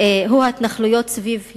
הוא ההתנחלויות סביב ירושלים,